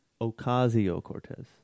Ocasio-Cortez